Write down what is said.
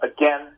again